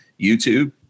YouTube